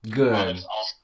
good